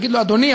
להגיד לו: אדוני,